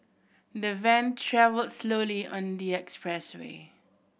the van travelled slowly on the expressway